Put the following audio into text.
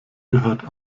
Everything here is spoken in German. gehört